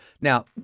Now